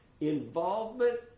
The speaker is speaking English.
Involvement